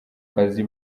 kazi